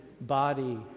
body